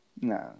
No